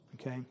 Okay